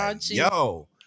Yo